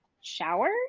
shower